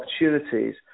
opportunities